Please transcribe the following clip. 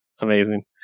amazing